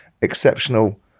exceptional